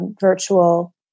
virtual